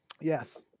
yes